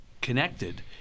connected